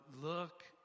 look